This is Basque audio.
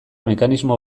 mekanismo